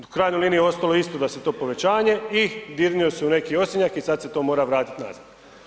U krajnjoj liniji ostalo je isto da se to povećanje i dirnulo se u neki osinjak i sada se to mora vratiti nazad.